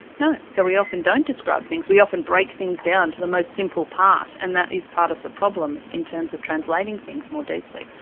no. so we often don't describe things. we often break things down to the most simple part, and that is part of the problem in terms of translating things more deeply.